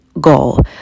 goal